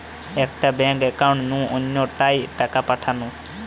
একটা bank account নু অন্য টায় টাকা পাঠানো